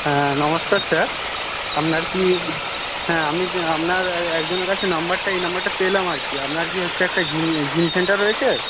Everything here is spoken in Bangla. হ্যাঁ নমস্কার স্যার আপনার কি হ্যাঁ আমি আপনার একজনের কাছে নম্বরটা এই নম্বরটা পেলাম আর কি আপনার কি হচ্ছে একটা জিম জিম সেন্টার রয়েছে